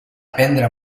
aprendre